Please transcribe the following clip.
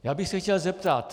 Já bych se chtěl zeptat.